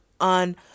on